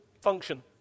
function